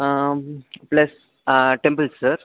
plus temple sir